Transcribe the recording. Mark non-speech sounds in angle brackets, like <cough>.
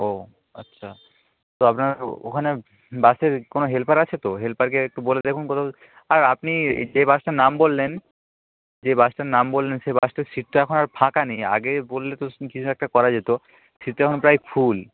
ও আচ্ছা তো আপনার ওখানে বাসের কোনো হেল্পার আছে তো হেল্পারকে একটু বলে দেখুন কোথাও আর আপনি যে বাসটার নাম বললেন যে বাসটার নাম বললেন সে বাসটার সিট তো এখন আর ফাঁকা নেই আগে বললে তো <unintelligible> কিছু একটা করা যেত সিট তো এখন প্রায় ফুল